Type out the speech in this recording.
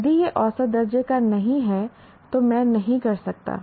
यदि यह औसत दर्जे का नहीं है तो मैं नहीं कर सकता